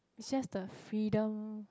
it's just the freedom